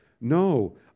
No